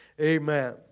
Amen